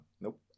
Nope